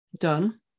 done